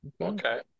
okay